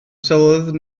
sylwodd